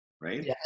right